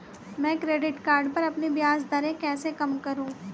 मैं credit card पर अपनी ब्याज दरें कैसे कम करूँ?